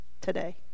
today